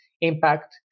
impact